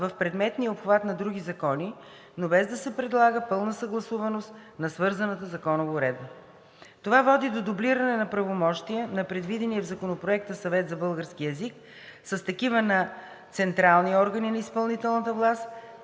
в предметния обхват на други закони, но без да се предлага пълна съгласуваност на свързаната законова уредба. Това води до дублиране на правомощия на предвидения в Законопроекта Съвет за българския език с такива на централни органи на изпълнителната власт,